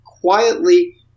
quietly